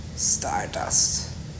Stardust